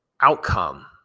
outcome